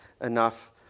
enough